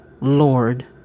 Lord